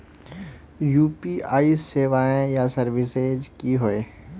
UPI सेवाएँ या services की होय?